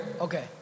Okay